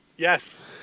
Yes